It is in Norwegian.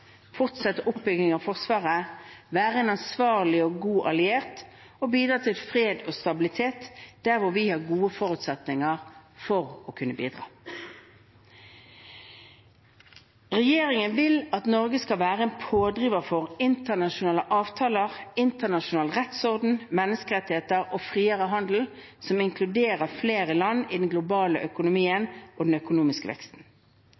av Forsvaret, være en ansvarlig og god alliert og bidra til fred og stabilitet der hvor vi har gode forutsetninger for å kunne bidra. Regjeringen vil at Norge skal være en pådriver for internasjonale avtaler, internasjonal rettsorden, menneskerettigheter og friere handel, som inkluderer flere land i den globale økonomien og den økonomiske veksten.